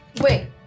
Wait